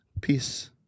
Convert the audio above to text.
peace